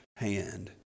Hand